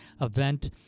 event